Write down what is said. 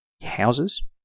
Houses